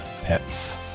pets